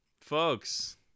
folks